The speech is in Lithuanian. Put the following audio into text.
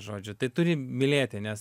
žodžiu tai turi mylėti nes